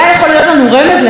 זאת ממשלה שביום הראשון שלה,